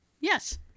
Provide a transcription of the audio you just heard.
Yes